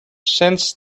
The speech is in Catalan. cents